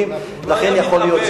לכן יכול להיות, הוא לא היה מתאבד.